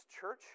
church